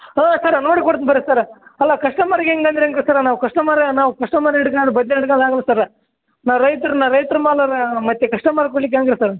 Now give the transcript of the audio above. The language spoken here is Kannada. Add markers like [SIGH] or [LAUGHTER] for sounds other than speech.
ಹಾಂ ಸರ ನೋಡಿ ಕೊಡ್ತೀನಿ ಬನ್ರಿ ಸರ ಅಲ್ಲ ಕಸ್ಟಮರ್ಗೆ ಹಿಂಗಂದರೆ ಹೇಗೆ ಸರ ನಾವು ಕಸ್ಟಮರ್ ನಾವು ಕಸ್ಟಮರ್ ಇಟ್ಕಂಡು [UNINTELLIGIBLE] ಸರ ನಾ ರೈತರ್ನ [UNINTELLIGIBLE] ಮತ್ತೆ ಕಸ್ಟಮರ್ ಕೊಡ್ಲಿಕ್ಕೆ ಹೇಗೆ ಸರ್